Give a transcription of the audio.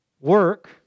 Work